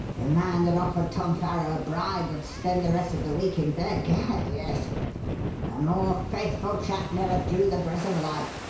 the man that offered tom farrow a bribe would spend the rest of the week in bed gad, yes! a more faithful chap never drew the breath of life.